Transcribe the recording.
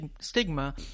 stigma